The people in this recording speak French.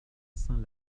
saint